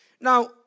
now